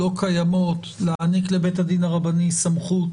קיימות, להעניק לבית הדין הרבני סמכות